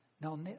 Now